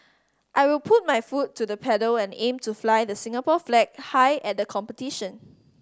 I will put my foot to the pedal and aim to fly the Singapore flag high at the competition